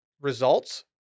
results